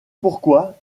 pourquoi